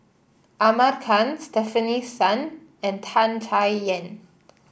Ahmad Khan Stefanie Sun and Tan Chay Yan